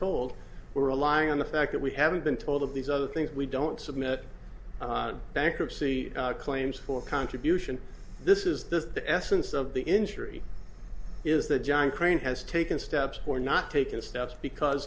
told we're relying on the fact that we haven't been told of these other things we don't submit bankruptcy claims for contribution this is that the essence of the injury is that john crane has taken steps or not taken steps because